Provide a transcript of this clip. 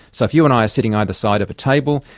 so if you and i are sitting either side of a table,